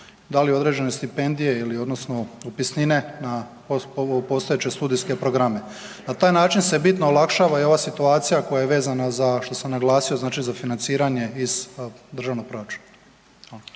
da li određene stipendije odnosno upisnine na ove postojeće studijske programe. Na taj način se bitno olakšava i ova situacija koja je vezana za što sam naglasio za financiranje iz državnog proračuna.